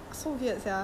then